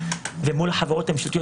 ומול חברות הממשלתיות,